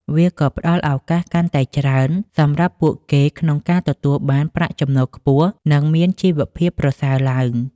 វាក៏ផ្តល់ឱកាសកាន់តែច្រើនសម្រាប់ពួកគេក្នុងការទទួលបានប្រាក់ចំណូលខ្ពស់និងមានជីវភាពប្រសើរឡើង។